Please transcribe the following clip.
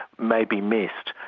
may be missed,